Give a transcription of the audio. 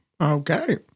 Okay